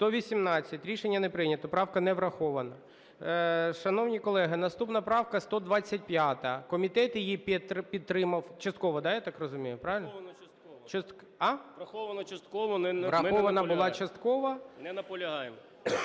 За-118 Рішення не прийнято. Правка не врахована. Шановні колеги, наступна правка 125. Комітет її підтримав частково, я так розумію. Правильно? КУЗБИТ Ю.М. Врахована частково. Не наполягаємо.